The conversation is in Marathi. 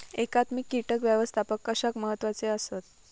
एकात्मिक कीटक व्यवस्थापन कशाक महत्वाचे आसत?